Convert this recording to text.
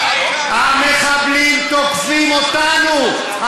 המחבלים תוקפים אותנו.